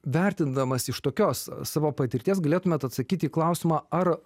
vertindamas iš tokios savo patirties galėtumėt atsakyt į klausimą ar